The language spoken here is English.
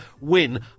win